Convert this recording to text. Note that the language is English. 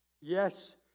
Yes